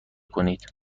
کنید